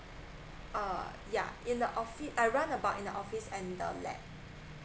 uh yeah in the I run about in the office and the land